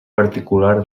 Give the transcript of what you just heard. particular